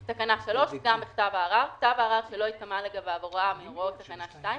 "פגם בכתב ערר 3.כתב ערר שלא התקיימה לגביו הוראה מהוראות תקנה 2,